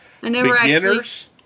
Beginners